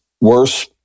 worse